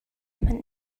hmanh